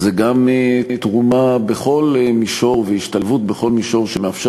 גם תרומה בכל מישור והשתלבות בכל מישור שמאפשר